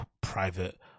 private